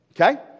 Okay